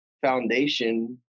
foundation